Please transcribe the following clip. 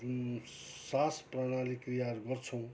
जुन सास प्रणाली क्रियाहरू गर्छौँ